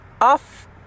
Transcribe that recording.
off